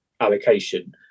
allocation